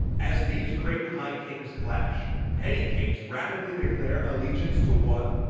as these great high kings clash, petty kings rapidly declare allegiance to one,